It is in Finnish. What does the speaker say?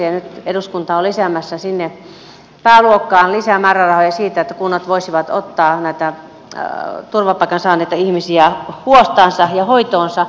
nyt eduskunta on lisäämässä sinne pääluokkaan lisää määrärahoja siihen että kunnat voisivat ottaa näitä turvapaikan saaneita ihmisiä huostaansa ja hoitoonsa